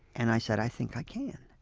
and i said, i think i can.